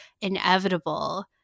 inevitable